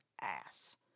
ass